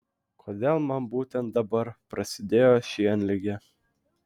kodėl man būtent dabar prasidėjo šienligė